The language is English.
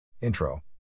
Intro